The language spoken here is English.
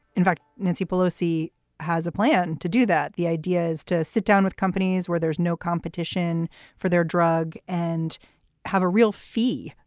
in fact nancy pelosi has a plan to do that. the idea is to sit down with companies where there's no competition for their drug and have a real fee.